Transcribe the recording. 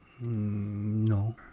No